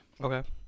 Okay